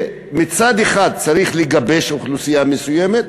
מצד אחד צריך לגבש אוכלוסייה מסוימת,